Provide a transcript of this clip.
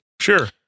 sure